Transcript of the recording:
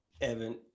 Evan